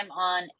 on